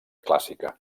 clàssica